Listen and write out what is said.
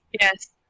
Yes